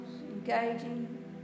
engaging